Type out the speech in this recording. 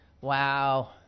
wow